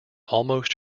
almost